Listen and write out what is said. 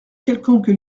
quelconque